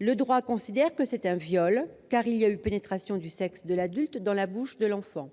le droit considère qu'il s'agit d'un viol, car il y a eu pénétration du sexe de l'adulte dans la bouche de l'enfant.